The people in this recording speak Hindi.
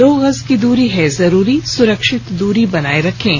दो गज की दूरी है जरूरी सुरक्षित दूरी बनाए रखें